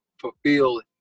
fulfill